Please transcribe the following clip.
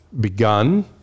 Begun